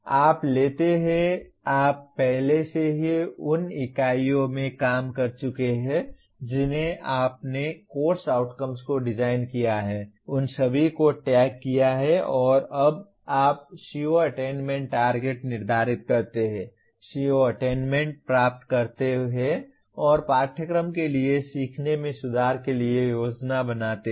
आप लेते हैं आप पहले से ही उन इकाइयों में काम कर चुके हैं जिन्हें आपने कोर्स आउटकम्स को डिज़ाइन किया है उन सभी को टैग किया है और अब आप CO अटेन्मेन्ट टारगेट निर्धारित करते हैं CO अटेन्मेन्ट प्राप्त करते हैं और पाठ्यक्रम के लिए सीखने में सुधार के लिए योजना बनाते हैं